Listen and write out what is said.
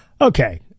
Okay